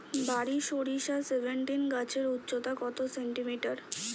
বারি সরিষা সেভেনটিন গাছের উচ্চতা কত সেমি?